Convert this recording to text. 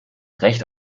recht